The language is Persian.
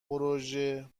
پروزه